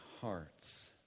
hearts